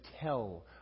tell